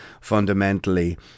fundamentally